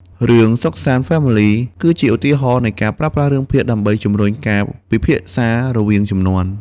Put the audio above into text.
រឿង "Sok San Family" គឺជាឧទាហរណ៍នៃការប្រើប្រាស់រឿងភាគដើម្បីជំរុញការពិភាក្សារវាងជំនាន់។